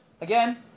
again